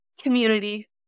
community